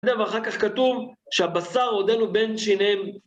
ואחר כך כתוב שהבשר עודנו בין שיניהם.